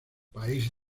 país